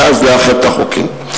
ואז לאחד את החוקים.